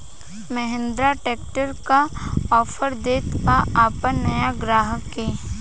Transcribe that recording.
Mahindra tractor का offer देत बा अपना नया ग्राहक के?